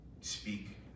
speak